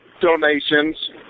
donations